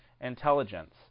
intelligence